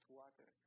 water